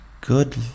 good